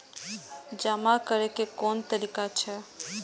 जमा करै के कोन तरीका छै?